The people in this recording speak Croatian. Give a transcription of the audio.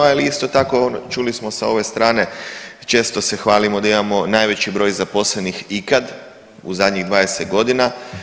Ali isto tako čuli smo sa ove strane često se hvalimo da imamo najveći broj zaposlenih ikad u zadnjih 20 godina.